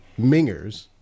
Mingers